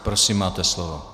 Prosím, máte slovo.